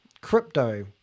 Crypto